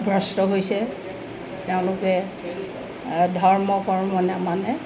ভ্ৰস্ত হৈছে তেওঁলোকে ধৰ্ম কৰ্ম নামানে